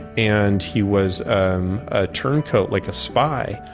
and he was um a turncoat, like a spy,